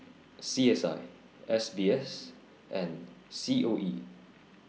C S I S B S and C O E